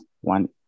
one